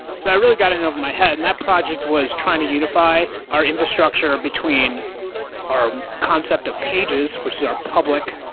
so i really gotten over my head, and that project was trying to unify our infrastructure between our concept of pages, which are public.